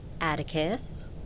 Atticus